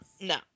No